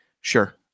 sure